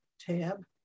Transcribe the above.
tab